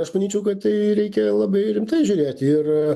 aš manyčiau kad tai reikia labai rimtai žiūrėti ir